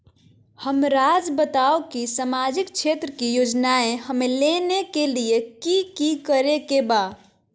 हमराज़ बताओ कि सामाजिक क्षेत्र की योजनाएं हमें लेने के लिए कि कि करे के बा?